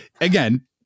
again